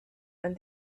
and